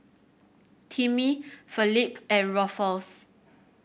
Timmy Felipe and Rufus